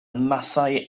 mathau